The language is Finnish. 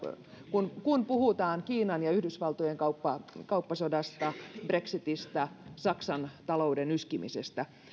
kun kun puhutaan kiinan ja yhdysvaltojen kauppasodasta brexitistä saksan talouden yskimisestä